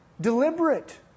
deliberate